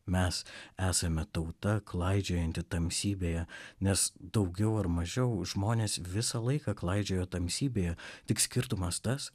mes esame tauta klaidžiojanti tamsybėje nes daugiau ar mažiau žmonės visą laiką klaidžiojo tamsybėje tik skirtumas tas